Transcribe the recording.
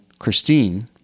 Christine